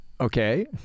Okay